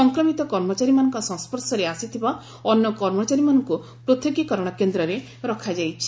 ସଂକ୍ରମିତ କର୍ମଚାରୀମାନଙ୍କ ସଂସ୍ୱର୍ଶରେ ଆସିଥିବା ଅନ୍ୟ କର୍ମଚାରୀମାନଙ୍କୁ ପୃଥକୀକରଣ କେନ୍ଦ୍ରରେ ରଖାଯାଇଛି